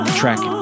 track